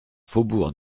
faubourg